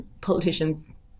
politicians